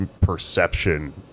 perception